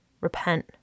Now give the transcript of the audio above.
repent